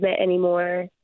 anymore